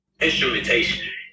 instrumentation